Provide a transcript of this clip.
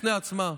בפני עצמה.